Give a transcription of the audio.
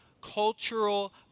cultural